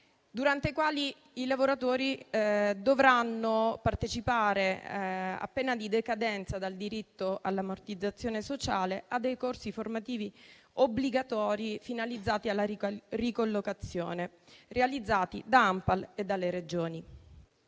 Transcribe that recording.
durante i quali i lavoratori dovranno partecipare, a pena di decadenza dal diritto all'ammortizzazione sociale, a dei corsi formativi obbligatori, finalizzati alla ricollocazione, realizzati da ANPAL e dalle Regioni.